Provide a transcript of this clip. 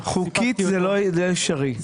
חוקית זה לא אפשרי.